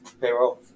payroll